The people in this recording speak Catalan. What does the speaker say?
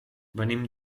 venim